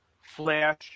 Flash